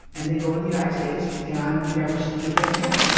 and they go in the united states, and we never hear from them again.